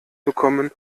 bekommen